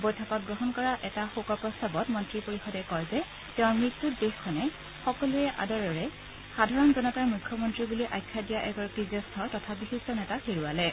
বৈঠকত গ্ৰহণ কৰা এটা শোক প্ৰস্তাৱত মন্ত্ৰী পৰিষদে কয় যে তেওঁৰ মৃত্যুত দেশখনে সকলোৱে আদৰেৰে সাধাৰণ জনতাৰ মুখ্যমন্ত্ৰী বুলি আখ্যা দিয়া এগৰাকী জ্যেষ্ঠ তথা বিশিষ্ট নেতাক হেৰুৱালে